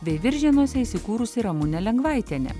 veiviržėnuose įsikūrusi ramunė lengvaitienė